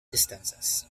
distances